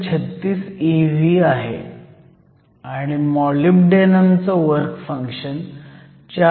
36 eV आहे आणि मॉलिब्डेनमचं वर्क फंक्शन 4